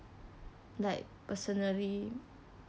like personally